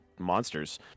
monsters